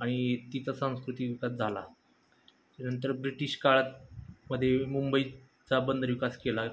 आणि तिचा सांस्कृतिक विकास झाला त्यानंतर ब्रिटिश काळात मध्ये मुंबईचा बंदर विकास केला